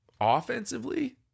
offensively